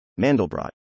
Mandelbrot